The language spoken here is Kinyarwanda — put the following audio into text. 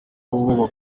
uwo